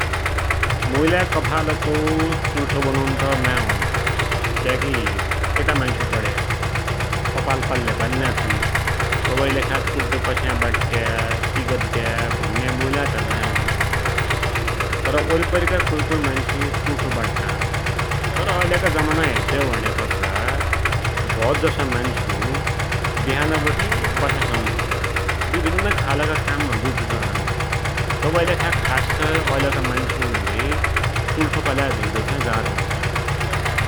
मुइलाइ कपालको चुल्ठो बनुन त नाइँ ओनो, क्याकी केटा मान्सु पड्या, कपाल पाल्या बानि नाइँ थिन, तबैकी लेखा चुल्ठो कस्या बाट्या, कि गद्द्या भुण्या मुइ लाइ त् नाइँ ओनो। तर वरिपरिका कोइ कोइ मान्सु चुल्ठो बाट्टान, तर ऐलका जमाना हेद्द्यौ भुण्यापाछा भौतजसा मान्सु बिहान बठे बसासम्म विभिन्न खालका काममा जुटिरनान, तबैलेखा खासै ऐलाका मान्सुनले चुल्ठो पाल्या धेक्दु चाहि गाह्रो हुन्छ।